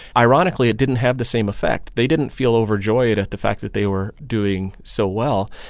ironically, it didn't have the same effect. they didn't feel overjoyed at the fact that they were doing so well.